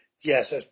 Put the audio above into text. Yes